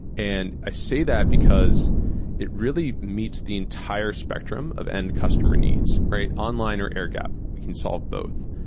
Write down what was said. and i say that because it really meets the entire spectrum of end customer needs, right? online or air gap, we can solve both.